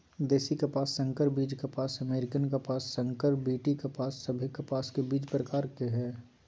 देशी कपास, संकर बीज कपास, अमेरिकन कपास, संकर बी.टी कपास सभे कपास के बीज के प्रकार हय